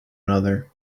another